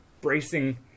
bracing